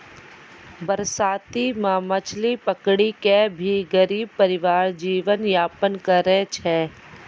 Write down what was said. बरसाती मॅ मछली पकड़ी कॅ भी गरीब परिवार जीवन यापन करै छै